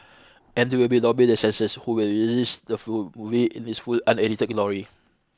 and they will lobby the censors who will release the full movie in its full unedited glory